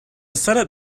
senate